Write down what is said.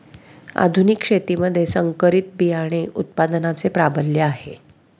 आधुनिक शेतीमध्ये संकरित बियाणे उत्पादनाचे प्राबल्य आहे